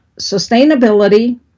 sustainability